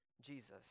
Jesus